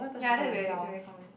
ya that very very common